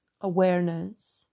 awareness